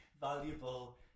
valuable